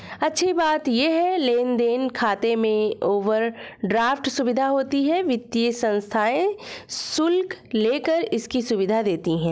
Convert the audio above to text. अच्छी बात ये है लेन देन खाते में ओवरड्राफ्ट सुविधा होती है वित्तीय संस्थाएं शुल्क लेकर इसकी सुविधा देती है